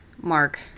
Mark